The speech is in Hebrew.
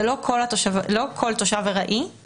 זה לא כל תושב ארעי,